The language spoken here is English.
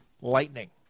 lightning